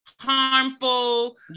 harmful